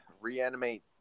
reanimate